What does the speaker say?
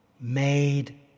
made